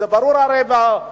זה ברור, הרי, שמהאופוזיציה,